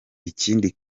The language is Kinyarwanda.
ikindi